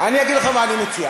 אגיד לך מה אני מציע.